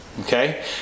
okay